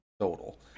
Total